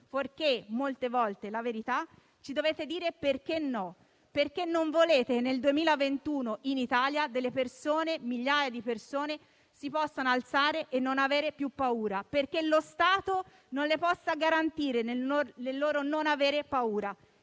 fuorché, molte volte, la verità, ci dovete dire perché no, perché non volete, nel 2021, in Italia che migliaia di persone si possano alzare e non avere più paura, perché lo Stato non deve poter garantire loro di non avere paura.